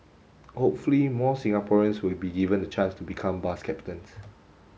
hopefully more Singaporeans will be given the chance to become bus captains